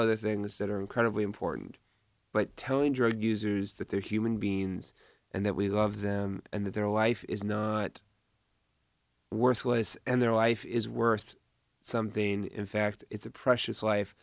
other things that are incredibly important but telling drug users that they're human beings and that we love them and that their life is not worthless and their life is worth something in fact it's a precious life